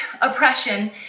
oppression